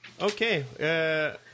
Okay